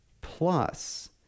plus